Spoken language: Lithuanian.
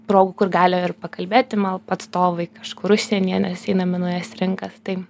progų kur gali ir pakalbėti melp atstovai kažkur užsienyje nes einam į naujas rinkas tai